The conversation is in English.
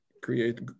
create